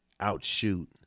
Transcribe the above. outshoot